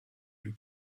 you